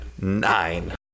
Nine